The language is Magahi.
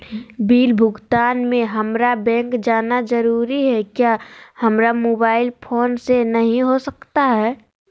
बिल भुगतान में हम्मारा बैंक जाना जरूर है क्या हमारा मोबाइल फोन से नहीं हो सकता है?